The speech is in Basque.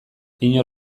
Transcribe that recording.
inor